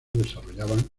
desarrollaban